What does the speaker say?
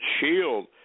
shield